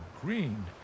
green